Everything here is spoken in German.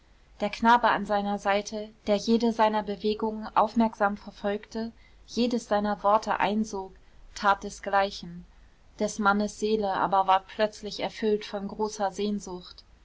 der knabe an seiner seite der jede seiner bewegungen aufmerksam verfolgte jedes seiner worte einsog tat desgleichen des mannes seele aber ward plötzlich erfüllt von großer sehnsucht